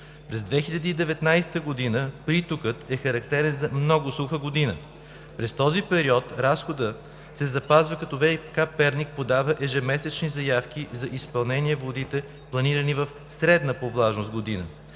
През 2019 г. притокът е характерен за много суха година. През този период разходът се запазва, като ВиК – Перник, подава ежемесечни заявки за изпълнение на водите, планирани в средна по влажност година.